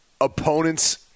opponents